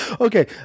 Okay